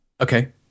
okay